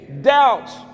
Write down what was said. doubts